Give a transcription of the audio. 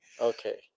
Okay